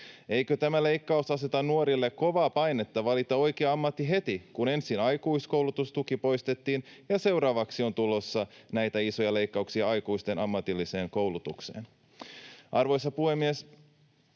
Eikö tämä leikkaus aseta nuorille kovaa painetta valita oikea ammatti heti, kun ensin aikuiskoulutustuki poistettiin ja seuraavaksi on tulossa näitä isoja leikkauksia aikuisten ammatilliseen koulutukseen? Arvoisa puhemies!